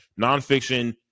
nonfiction